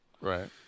right